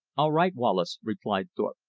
all right, wallace, replied thorpe,